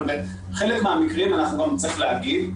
אבל בחלק מהמקרים אנחנו גם נצטרך להגיב.